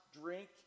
drink